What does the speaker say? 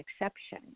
exception